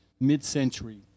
mid-century